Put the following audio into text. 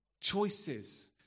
choices